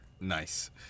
Nice